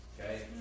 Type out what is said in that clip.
okay